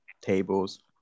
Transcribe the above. tables